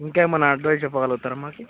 ఇంకా ఏమైనా అడ్వైస్ చెప్పగలుగుతారా మాకు